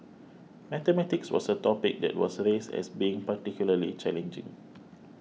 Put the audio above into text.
mathematics was a topic that was raised as being particularly challenging